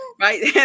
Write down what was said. Right